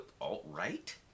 alt-right